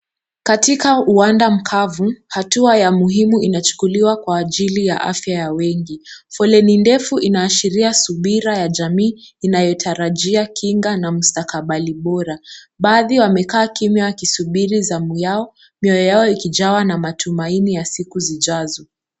Katika uwanda mkavu, hatua ya muhimu inachukuliwa kwa ajili ya afya ya wengi. Foleni ndefu inaashiria subira ya jamii inayotarajia kinga na mstakabali bora. Baadhi wamekaa kimya wakisubiri zamu yao, mioyo yao ikijawa na matumaini ya siku zijazo.